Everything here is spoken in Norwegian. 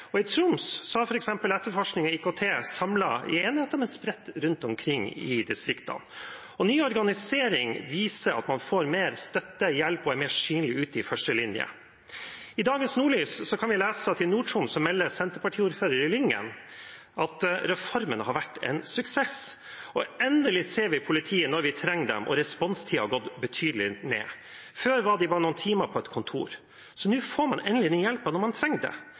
I Troms er f.eks. etterforskning i IKT samlet i enheter, men spredt rundt omkring i distriktene. Ny organisering viser at man får mer støtte og hjelp og er mer synlig ut i førstelinjen. I dagens Nordlys kan vi lese at i Nord-Troms melder senterpartiordfører i Lyngen at reformen har vært en suksess: Endelig ser vi politiet når vi trenger dem, og responstiden har gått betydelig ned. Før var de bare noen timer på et kontor. Nå får man endelig hjelpen når man trenger